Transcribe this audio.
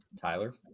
tyler